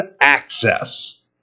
access